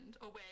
away